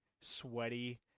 Sweaty